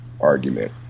argument